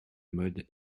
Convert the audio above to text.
mode